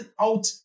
out